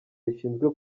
rishinzwe